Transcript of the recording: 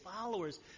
followers